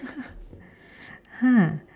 !huh!